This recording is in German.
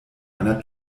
einer